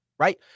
Right